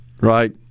right